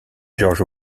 george